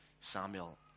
Samuel